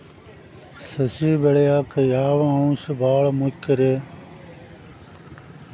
ಸಸಿ ಬೆಳೆಯಾಕ್ ಯಾವ ಅಂಶ ಭಾಳ ಮುಖ್ಯ ರೇ?